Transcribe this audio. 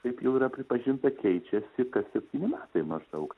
kaip jau yra pripažinta keičiasi kas septyni metai maždaug